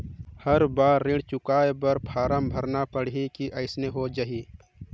हर बार ऋण चुकाय बर फारम भरना पड़ही की अइसने हो जहीं?